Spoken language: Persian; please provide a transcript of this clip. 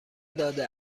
داده